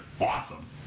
awesome